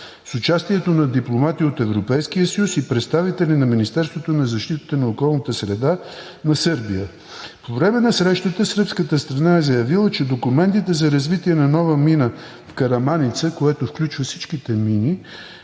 с участието на дипломати от Европейския съюз и представители на Министерството на защитата на околната среда на Сърбия. По време на срещата сръбската страна е заявила, че документите за развитие на нова мина в Караманица, което включва всичките мини,